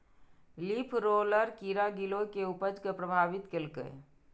leaf roller कीड़ा गिलोय के उपज कें प्रभावित केलकैए